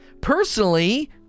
Personally